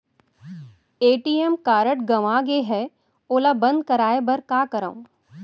ATM card गंवा गे है ओला बंद कराये बर का करंव?